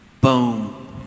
Boom